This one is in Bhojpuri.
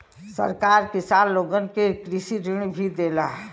सरकार किसान लोगन के कृषि ऋण भी देला